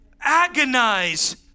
Agonize